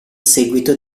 seguito